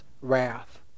wrath